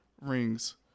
rings